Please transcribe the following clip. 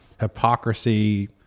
hypocrisy